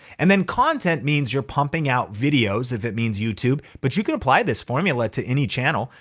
and then content means you're pumping out videos, if it means youtube. but you can apply this formula to any channel.